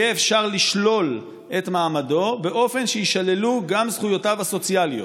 יהיה אפשר לשלול את מעמדו באופן שיישללו גם זכויותיו הסוציאליות,